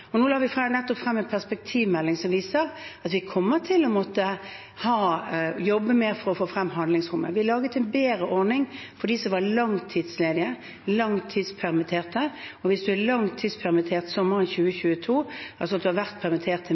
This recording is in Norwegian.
Nå la vi nettopp frem en perspektivmelding som viser at vi kommer til å måtte jobbe mer for å få frem handlingsrommet. Vi laget en bedre ordning for dem som var langtidsledige, langtidspermitterte. Hvis man er langtidspermittert sommeren 2022, altså at man har vært permittert i mer enn ett år, vil man komme bedre ut med den